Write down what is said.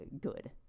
good